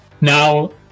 now